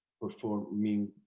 performing